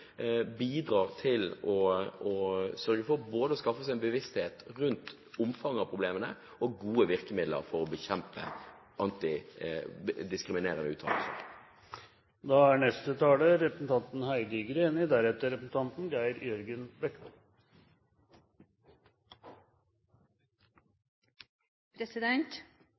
bidrar til å sørge for både å skaffe seg en bevissthet om omfanget av problemene og gode virkemidler for å bekjempe